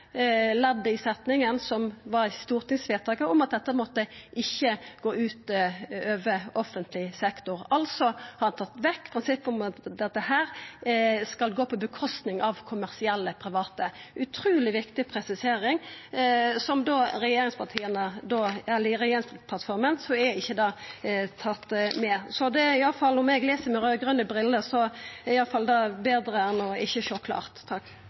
i setninga som var i stortingsvedtaket, om at dette ikkje måtte gå ut over offentleg sektor. Ein har altså tatt vekk prinsippet om at dette skal gå ut over kommersielle private. Det er ei utruleg viktig presisering – i regjeringsplattforma er det ikkje tatt med. Om eg les med raud-grøne briller, er iallfall det betre enn ikkje å sjå klart.